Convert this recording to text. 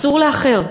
אסור לאחר.